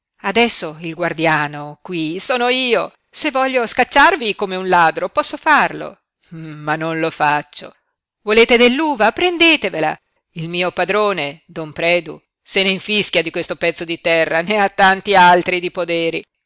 adesso il guardiano qui sono io se voglio scacciarvi come un ladro posso farlo ma non lo faccio volete dell'uva prendetevela il mio padrone don predu se ne infischia di questo pezzo di terra ne ha tanti altri di poderi